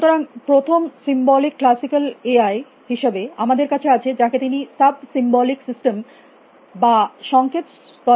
সুতরাং প্রথম symbolic classical AI হিসাবে আমাদের কাছে আছে যাকে তিনি সাব সিম্বলিক সিস্টেম বা সংকেত স্তরের সিস্টেম